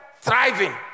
thriving